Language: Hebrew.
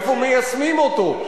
איפה מיישמים אותו?